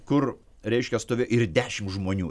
kur reiškia stovi ir dešim žmonių